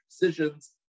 decisions